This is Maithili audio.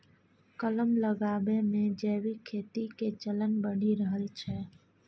कलम लगाबै मे जैविक खेती के चलन बढ़ि रहल छै